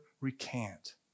recant